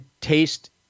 taste